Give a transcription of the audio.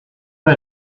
pie